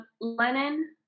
Lenin